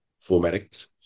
formatics